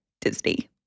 Disney